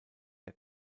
der